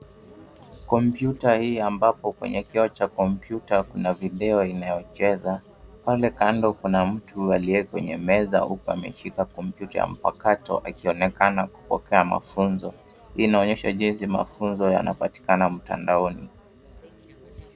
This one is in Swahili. Kompyuta hii ambapo kwenye kioo cha kompyuta kuna video inayocheza. Pale kando kuna mtu aliye kwenye meza huku ameshika kompyuta ya mpakato akionekana kupokea mafunzo. Hii inaonyesha jinsi mafunzo hupatikana mtandaoni.